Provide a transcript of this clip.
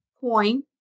coin